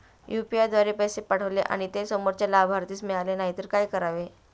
UPI द्वारे पैसे पाठवले आणि ते समोरच्या लाभार्थीस मिळाले नाही तर काय करावे?